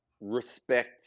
respect